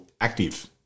active